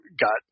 got